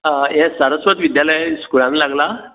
आं हें सारस्वत विद्यालय स्कुलान लागला